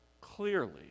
clearly